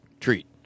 treat